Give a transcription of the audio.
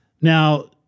now